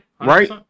Right